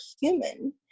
human